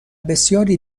بسیاری